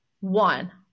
one